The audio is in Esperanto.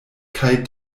kaj